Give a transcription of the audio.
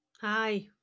Hi